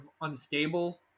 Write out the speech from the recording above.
unstable